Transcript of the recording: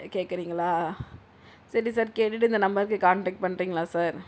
கேட்குறிங்களா சரி சார் கேட்டுட்டு இந்த நம்பருக்கு காண்டெக்ட் பண்றீங்களா சார்